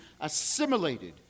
assimilated